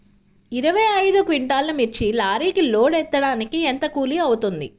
ఇరవై ఐదు క్వింటాల్లు మిర్చి లారీకి లోడ్ ఎత్తడానికి ఎంత కూలి అవుతుంది?